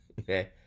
Okay